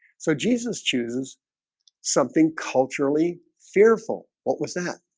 so jesus chooses something culturally fearful. what was that